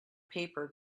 paper